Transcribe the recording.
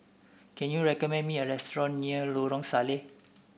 can you recommend me a restaurant near Lorong Salleh